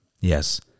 Yes